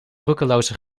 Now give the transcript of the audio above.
roekeloze